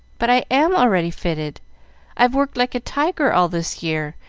but i am already fitted i've worked like a tiger all this year,